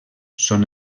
són